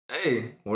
Hey